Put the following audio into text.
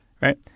right